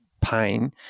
pain